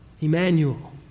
Emmanuel